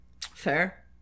Fair